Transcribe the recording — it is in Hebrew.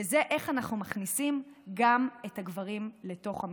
וזה איך אנחנו מכניסים גם את הגברים לתוך המשוואה.